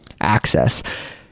access